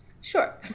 Sure